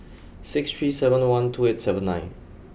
six three seven one two eight seven nine